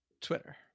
twitter